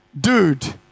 dude